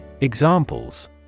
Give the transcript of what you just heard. Examples